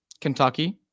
Kentucky